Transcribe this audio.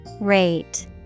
Rate